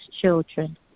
children